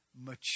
mature